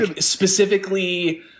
specifically